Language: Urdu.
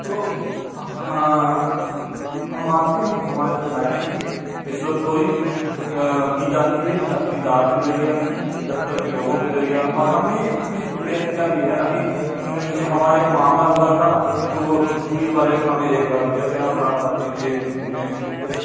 تو ہم مانتے ہیں کہ ہماری سوسائٹی میں رشوت خوری کی جاتی ہے تحصیل دار کے ذریعہ دفتر کے لوگوں کے ذریعہ اور ہم نے اس چیز کو فیس کیا بھی ہے ابھی ہمارا ایک معاملہ ہوا تھا تو وہ پولیس والے کو ہمیں ایک ہزار روپیہ دینا پڑا تھا تو یہ ہم نے اسے فیس کیا